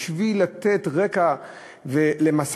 בשביל לתת רקע למשא-ומתן,